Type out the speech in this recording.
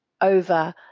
over